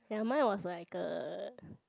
then mine was like uh